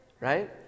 Right